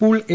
pool A